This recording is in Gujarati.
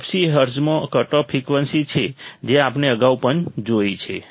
fc એ હર્ટ્ઝમાં કટઓફ ફ્રિકવન્સી છે જે આપણે અગાઉ પણ જોઈ છે